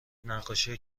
نقاشی